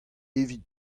evit